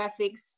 graphics